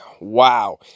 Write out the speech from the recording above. wow